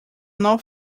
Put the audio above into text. not